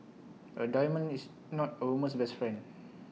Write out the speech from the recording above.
A diamond is not A woman's best friend